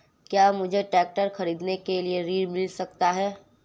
क्या मुझे ट्रैक्टर खरीदने के लिए ऋण मिल सकता है?